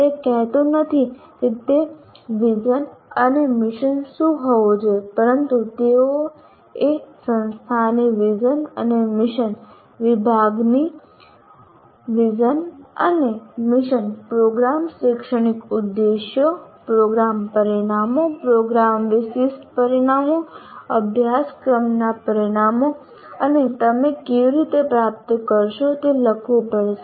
તે કહેતું નથી કે તે દ્રષ્ટિ અને મિશન શું હોવું જોઈએ પરંતુ તેઓએ સંસ્થાની દ્રષ્ટિ અને મિશન વિભાગની દ્રષ્ટિ અને મિશન પ્રોગ્રામ શૈક્ષણિક ઉદ્દેશો પ્રોગ્રામ પરિણામો પ્રોગ્રામ વિશિષ્ટ પરિણામો અભ્યાસક્રમના પરિણામો અને તમે કેવી રીતે પ્રાપ્ત કરશો તે લખવું પડશે